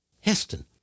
Heston